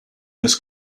this